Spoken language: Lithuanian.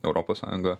europos sąjungoje